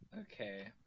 Okay